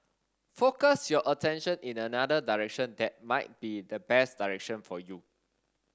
focus your attention in another direction that might be the best direction for you